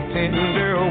tender